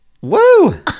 Woo